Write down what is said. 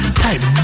type